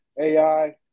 AI